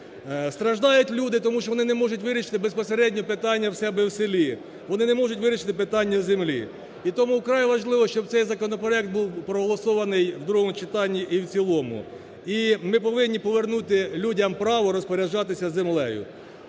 страждають люди тому що вони не можуть вирішити безпосередньо питання в себе в селі, вони не можуть вирішити питання землі. І тому вкрай важливо, щоб цей законопроект був проголосований в другому читанні і в цілому. І ми повинні повернути людям право розпоряджатися землею.